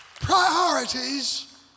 Priorities